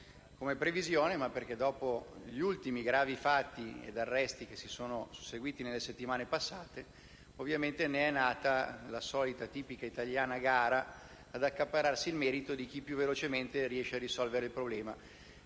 come previsione, ma perché, dopo gli ultimi gravi fatti e arresti che si sono susseguiti nelle settimane passate, ovviamente è nata la solita tipica italiana gara ad accaparrarsi il merito di chi più velocemente riesce a risolvere il problema.